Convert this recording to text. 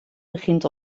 begint